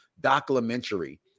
documentary